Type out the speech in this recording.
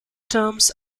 terms